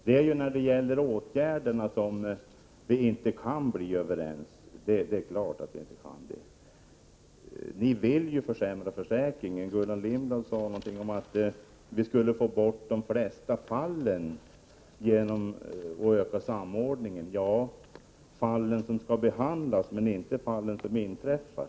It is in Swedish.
Det är klart att vi inte kan komma överens om åtgärderna. Moderaterna vill ju försämra försäkringen. Gullan Lindblad sade att de flesta fallen genom ökad samordning skulle försvinna. Ja, det gäller de fall som skall behandlas men inte de fall som inträffar.